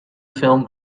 film